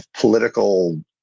political